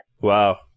Wow